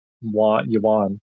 yuan